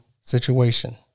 situation